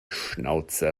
schnauze